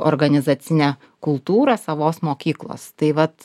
organizacinę kultūrą savos mokyklos tai vat